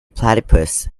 platypus